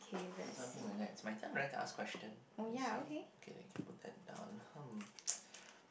is it something like that is my turn right to ask question let me see okay let me put it down hmm